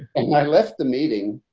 and i left the meeting.